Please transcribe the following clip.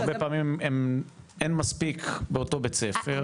הרבה פעמים אין מספיק באותו בית ספר.